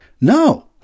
No